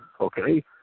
okay